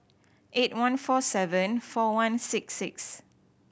eight one four seven four one six six